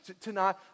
tonight